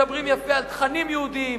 מדברים יפה על תכנים יהודיים,